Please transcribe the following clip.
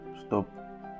stop